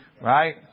Right